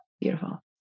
beautiful